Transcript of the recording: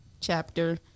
chapter